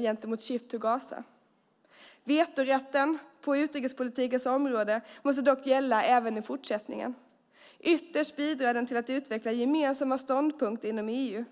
gentemot Ship to Gaza. Vetorätten på utrikespolitikens område måste dock gälla även i fortsättningen. Ytterst bidrar den till att utveckla gemensamma ståndpunkter inom EU.